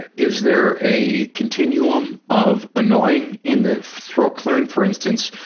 ah is there a continuum of annoying in the throat clearing? for instance,